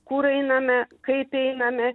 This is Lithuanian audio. kur einame kaip einame